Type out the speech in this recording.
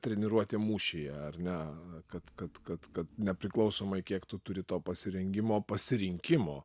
treniruotė mūšyje ar ne kad kad kad kad nepriklausomai kiek tu turi to pasirengimo pasirinkimo